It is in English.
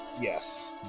Yes